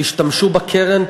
תשתמשו בקרן,